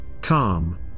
calm